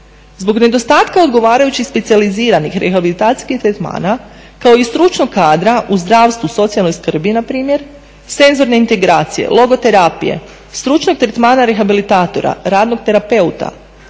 Zbog nedostatka odgovarajućih specijaliziranih rehabilitacijskih tretmana kao i stručnog kadra u zdravstvu, socijalnoj skrbi npr., senzorne integracije, logoterapije, stručne tretmane rehabilitatora, radnog terapeuta